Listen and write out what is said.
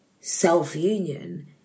self-union